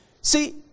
See